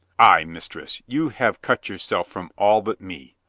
ay, mistress, you have cut yourself from all but me.